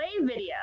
video